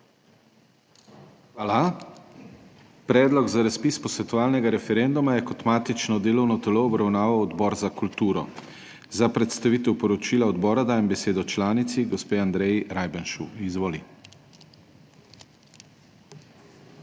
Hvala. Predlog za razpis posvetovalnega referenduma je kot matično delovno telo obravnaval Odbor za kulturo. Za predstavitev poročila odbora dajem besedo članici gospe Andreji Rajbenšu. Izvoli.